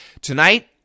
Tonight